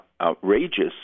outrageous